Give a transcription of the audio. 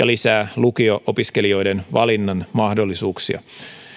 lisää lukio opiskelijoiden valinnan mahdollisuuksia